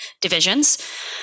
divisions